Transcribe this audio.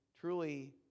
truly